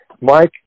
Mike